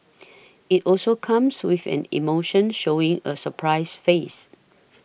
it also comes with an emotion showing a surprised face